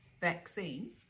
vaccine